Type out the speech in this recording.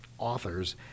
authors